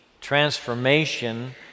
transformation